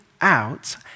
out